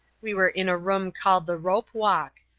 we were in a room called the rope-walk.